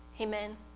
Amen